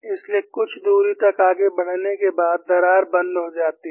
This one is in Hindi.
इसलिए कुछ दूरी तक आगे बढ़ने के बाद दरार बंद हो जाती है